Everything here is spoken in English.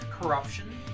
corruption